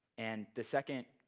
and the second,